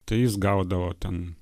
tai jis gaudavo ten